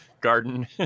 garden